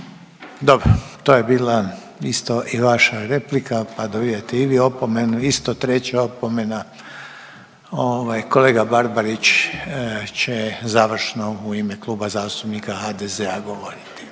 Dobro to je bila isto i vaša replika, pa dobijate i vi opomenu, isto treća opomena. Ovaj kolega Barbarić će završno u ime Kluba zastupnika HDZ-a govoriti.